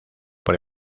por